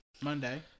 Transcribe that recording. Monday